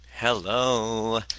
hello